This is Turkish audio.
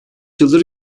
yıldır